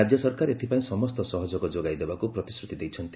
ରାଜ୍ୟ ସରକାର ଏଥିପାଇଁ ସମସ୍ତ ସହଯୋଗ ଯୋଗାଇ ଦେବାକୁ ପ୍ରତିଶ୍ରତି ଦେଇଛନ୍ତି